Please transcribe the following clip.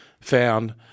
found